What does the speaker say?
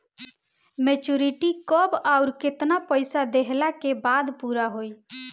Maturity कब आउर केतना पईसा देहला के बाद पूरा होई?